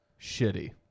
Shitty